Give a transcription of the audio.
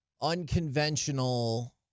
unconventional